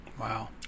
Wow